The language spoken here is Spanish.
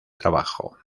trabajo